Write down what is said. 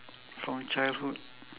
from childhood